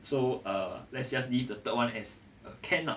so err let's just leave the third one as a can lah